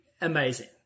amazing